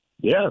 Yes